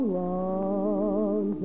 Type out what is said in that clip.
long